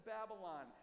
Babylon